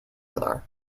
other